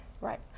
Right